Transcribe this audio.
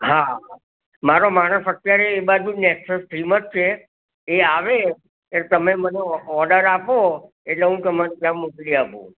હા મારો માણસ અત્યારે અત્યારે એ બાજુ નેક્સોસ થ્રી માં જ છે એ આવે એ તમે મને ઓર્ડર આપો એટલે હું તમારે ત્યાં મોકલી આપું